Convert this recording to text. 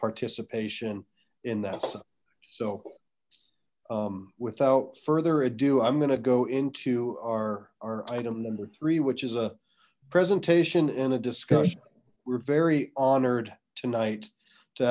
participation in that so without further ado i'm gonna go into our our item number three which is a presentation and a discussion we're very honored tonight to